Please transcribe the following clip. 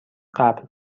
قبل